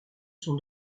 son